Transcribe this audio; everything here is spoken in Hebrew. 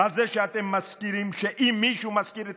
על זה שאתם מזכירים שאם מישהו מזכיר את